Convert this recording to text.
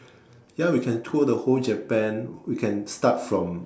ya we can tour the whole Japan we can start from